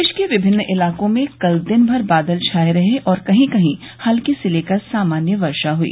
प्रदेश के विभिन्न इलाकों में कल दिन भर बादल छाये रहे और कहीं कहीं हल्की से लेकर सामान्य बर्षा हुई